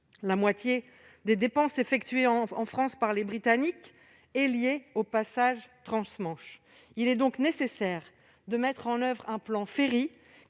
La moitié des dépenses effectuées en France par les Britanniques est liée aux passages transmanche. Il est donc nécessaire de mettre en oeuvre un plan « ferry